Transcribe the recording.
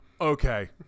okay